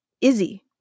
Izzy